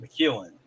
McEwen